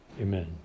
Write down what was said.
Amen